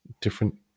different